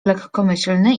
lekkomyślne